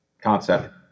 concept